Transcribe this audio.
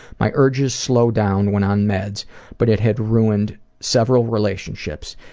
my urges slow down when on meds but it had ruined several relationships.